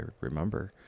remember